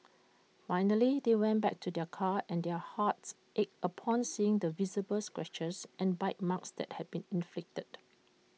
finally they went back to their car and their hearts ached upon seeing the visible scratches and bite marks that had been inflicted